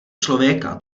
člověka